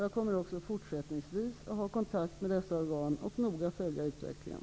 Jag kommer också fortsättningsvis att ha kontakt med dessa organ och noga följa utvecklingen.